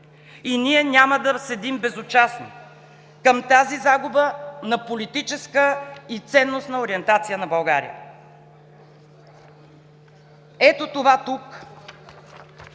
Ние няма да следим безучастно тази загуба на политическа и ценностна ориентация на България! Ето това тук